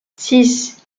six